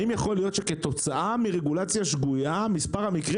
האם יכול להיות שכתוצאה מרגולציה שגויה מספר המקרים